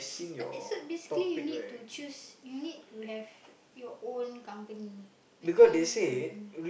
ya so basically you need to choose you need to have your own company like any company